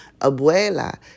Abuela